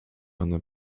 ona